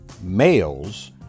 males